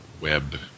web